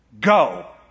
Go